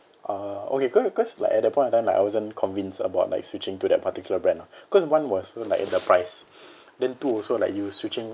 uh okay cause cause like at that point of time like I wasn't convinced about like switching to that particular brand lah cause one was like the price then two also like you switching